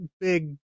big